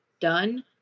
done